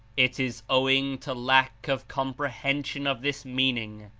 it is owing to lack of comprehension of this meaning,